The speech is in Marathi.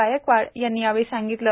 गायकवाड यांनी यावेळी सांगितले